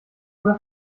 oder